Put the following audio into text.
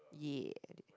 yeah